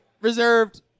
reserved